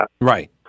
Right